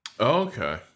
Okay